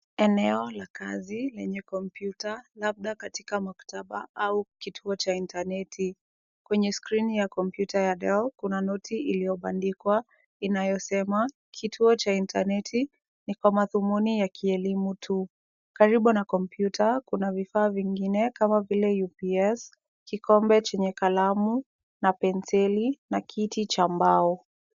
Eneo la kazi lenye kompyuta labda katika maktaba au kituo cha intaneti. Kwenye skrini ya kompyuta ya Dell kuna note iliyobandikwa inayosema kituo cha intaneti ni kwa madhumuni ya kielimu tu. Karibu na kompyuta kuna vifaa vingine kama vile UPS, kikombe chenye kalamu na penseli na kiti cha mbao.